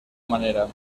manera